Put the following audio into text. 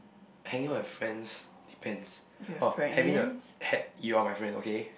hanging out with friends depends orh having a ha~ you are my friend okay